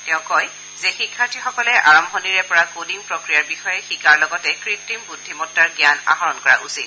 তেওঁ কয় যে শিক্ষাৰ্থীসকলে আৰম্ভণিৰেপৰা কোডিং প্ৰক্ৰিয়াৰ বিষয়ে শিকাৰ লগতে কৃত্ৰিম বুদ্ধিমত্তাৰ জ্ঞান আহৰণ কৰা উচিত